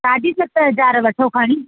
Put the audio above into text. साढी सत हज़ार वठो खणी